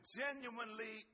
genuinely